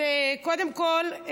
קודם כול,